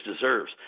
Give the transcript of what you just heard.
deserves